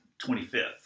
25th